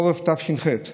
אני